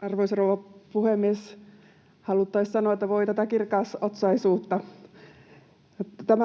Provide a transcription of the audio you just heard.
Arvoisa rouva puhemies! Haluttaisi sanoa, että voi tätä kirkasotsaisuutta. Tämä